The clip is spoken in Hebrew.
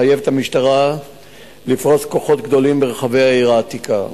מחייב את המשטרה לפרוס כוחות גדולים ברחבי העיר העתיקה.